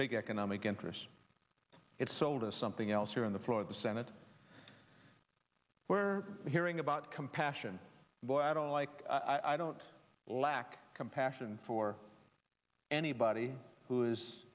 big economic interests it's sold us something else here on the floor of the senate we're hearing about compassion boy i don't like i don't lack compassion for anybody who